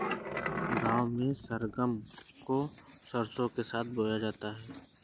गांव में सरगम को सरसों के साथ बोया जाता है